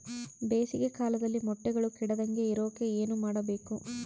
ಬೇಸಿಗೆ ಕಾಲದಲ್ಲಿ ಮೊಟ್ಟೆಗಳು ಕೆಡದಂಗೆ ಇರೋಕೆ ಏನು ಮಾಡಬೇಕು?